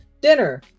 dinner